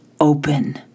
open